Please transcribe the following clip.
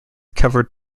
covered